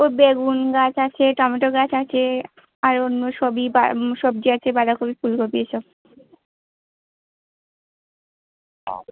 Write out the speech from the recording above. ও বেগুন গাছ আছে টমেটো গাছ আছে আর অন্য সবই বা সব্জি আছে বাঁধাকপি ফুলকপি এসব